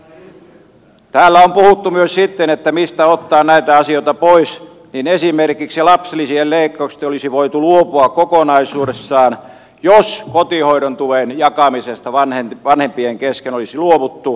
kun täällä on puhuttu myös siitä mistä ottaa näitä asioita pois niin esimerkiksi lapsilisien leikkauksesta olisi voitu luopua kokonaisuudessaan jos kotihoidon tuen jakamisesta vanhempien kesken olisi luovuttu